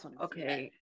okay